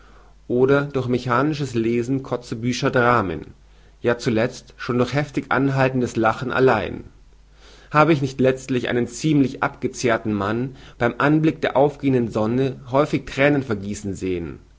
oder durch mechanisches lesen kotzebuescher dramen ja zuletzt noch durch heftig anhaltendes lachen allein habe ich nicht letzthin einen ziemlich abgezehrten mann beim anblick der aufgehenden sonne häufig thränen vergießen sehen